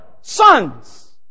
sons